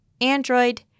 Android